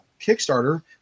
Kickstarter